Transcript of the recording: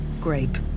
Grape